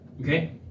okay